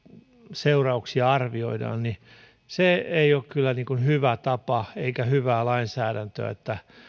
seurauksia arvioidaan niin se ei ole kyllä hyvä tapa eikä hyvää lainsäädäntöä että